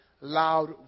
loud